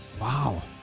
Wow